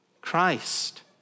Christ